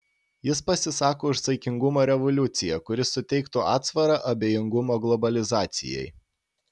jis pasisako už saikingumo revoliuciją kuri suteiktų atsvarą abejingumo globalizacijai